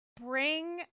Bring